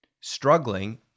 struggling